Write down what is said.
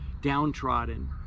downtrodden